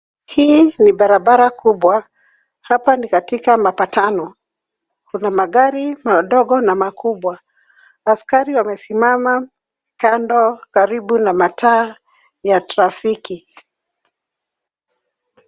Hii ni barabara kubwa. Hapa ni katika mapatano za magari madogo na makubwa. Askari wamesimama kando karibu na mataa ya trafiki.